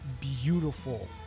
beautiful